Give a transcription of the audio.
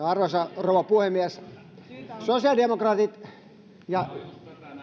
arvoisa rouva puhemies sosiaalidemokraatit ja